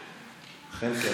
חן חן.